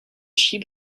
sheep